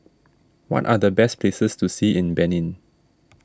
what are the best places to see in Benin